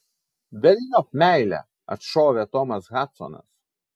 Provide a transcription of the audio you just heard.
velniop meilę atšovė tomas hadsonas